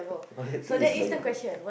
loyalty is loyalty